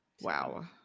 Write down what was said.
Wow